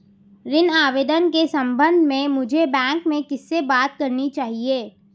ऋण आवेदन के संबंध में मुझे बैंक में किससे बात करनी चाहिए?